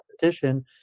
competition